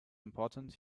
important